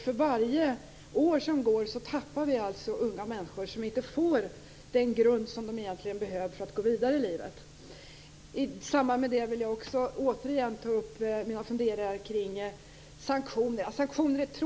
För varje år som går tappar vi unga människor som inte får den grund som de egentligen behöver för att gå vidare i livet. Jag vill återigen ta upp mina funderingar om huruvida det händer något när det